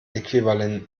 äquivalenten